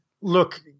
look